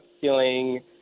feeling